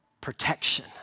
Protection